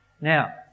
Now